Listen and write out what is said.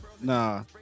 Nah